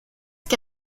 qué